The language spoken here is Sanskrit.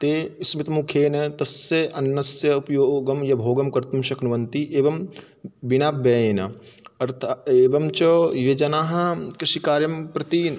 ते स्मितमुखेन तस्य अन्नस्य उपयोगं य भोगं कर्तुं शक्नुवन्ति एवं विनाव्ययेन अर्थात् एवं च ये जनाः कृषिकार्यं प्रति